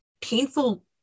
painful